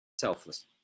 selfless